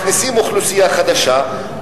מכניסים אוכלוסייה חדשה,